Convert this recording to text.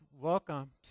welcome